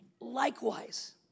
Likewise